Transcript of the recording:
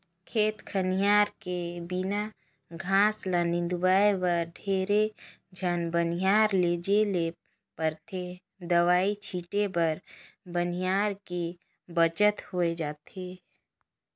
खेत खार के बन घास ल निंदवाय बर ढेरे झन बनिहार लेजे ले परथे दवई छीटे बर बनिहार के बचत होय जाथे